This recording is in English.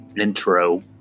intro